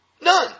None